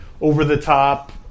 over-the-top